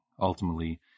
ultimately